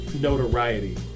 notoriety